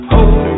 Hope